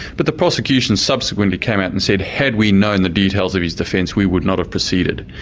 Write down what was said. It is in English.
but the prosecution subsequently came out and said had we known the details of his defence, we would not have proceeded'.